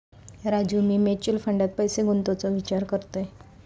राजू, मी म्युचल फंडात पैसे गुंतवूचो विचार करतय